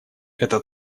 это